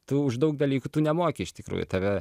tu už daug dalykų tu nemoki iš tikrųjų tave